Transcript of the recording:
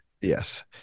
Yes